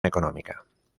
económica